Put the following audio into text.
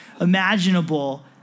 imaginable